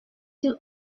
two